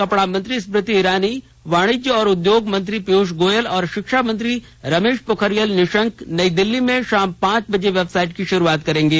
कपड़ा मंत्री स्मृति ईरानी वाणिज्य और उद्योग मंत्री पीयूष गोयल तथा शिक्षा मंत्री रमेश पोखरियाल निशंक नई दिल्ली में शाम पांच बजे वेबसाइट की शुरूआत करेंगे